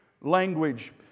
language